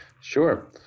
Sure